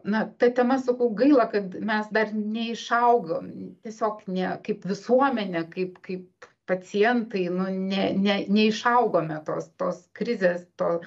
na ta tema sakau gaila kad mes dar neišaugom tiesiog ne kaip visuomenė kaip kaip pacientai nu ne ne neišaugome tos tos krizės to